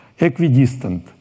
equidistant